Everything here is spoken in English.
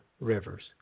Rivers